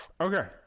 Okay